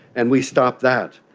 and we stopped that.